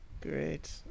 Great